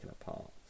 apart